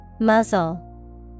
Muzzle